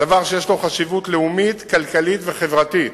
דבר שיש לו חשיבות לאומית, כלכלית וחברתית.